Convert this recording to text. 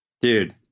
Dude